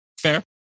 fair